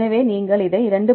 எனவே நீங்கள் இதை 2